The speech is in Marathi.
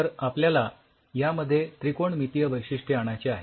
तर आपल्याला यामध्ये त्रिकोणमितीय वैशिष्ठय आणायचे आहे